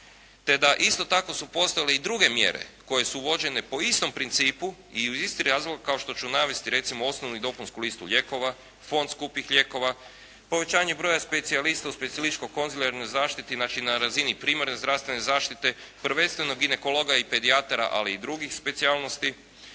Te da isto tako su postojale druge mjere koje su vođene po istom principu i isti razlog kao što ću navesti, recimo osnovnu i dopunsku listu lijekova, fond skupih lijekova, povećanje broja specijalista u specijalističko konzilijarnoj zaštiti, znači na razini primarne zdravstvene zaštite, prvenstveno ginekologa i pedijatara ali i drugih specijalnosti.